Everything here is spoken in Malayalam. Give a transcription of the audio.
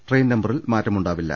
ട്രെയിൻ നമ്പറിൽ മാറ്റമുണ്ടാവില്ല